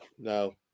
no